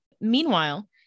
Meanwhile